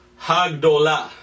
Hagdola